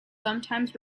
sometimes